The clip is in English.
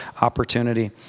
opportunity